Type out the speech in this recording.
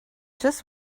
just